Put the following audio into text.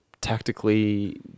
tactically